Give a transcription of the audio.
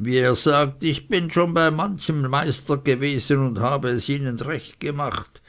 wie er sagt ich bin schon bei manchem meister gewesen und habe es ihnen recht gemacht